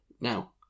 Now